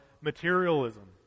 materialism